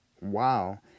Wow